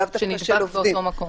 לאו דווקא של עובדים.